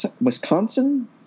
Wisconsin